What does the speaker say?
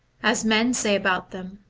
as men say about them,